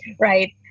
right